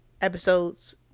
episodes